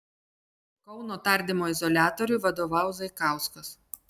kauno tardymo izoliatoriui vadovaus zaikauskas